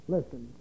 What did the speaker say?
Listen